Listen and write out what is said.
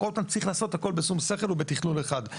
הכל צריך לעשות בשום שכל ובתכנון אחד.